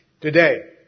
Today